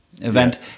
event